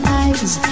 eyes